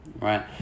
right